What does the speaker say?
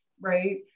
right